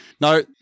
No